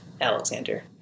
Alexander